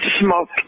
smoke